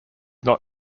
not